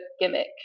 gimmick